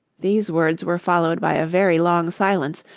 these words were followed by a very long silence,